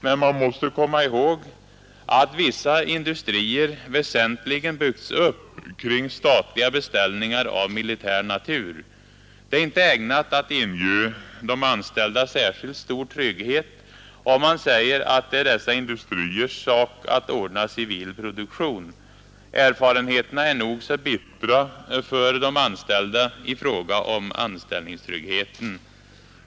Men man måste komma ihåg att vissa industrier väsentligen byggts upp kring statliga beställningar av militär natur. Det är inte ägnat att inge de anställda särskilt stor trygghet om man säger att det är dessa industriers sak att ordna civil produktion. Erfarenheterna är nog så bittra för de anställda i fråga om anställningstryggheten.